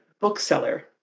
bookseller